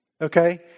okay